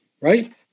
right